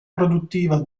produttiva